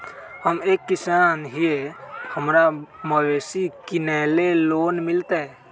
हम एक किसान हिए हमरा मवेसी किनैले लोन मिलतै?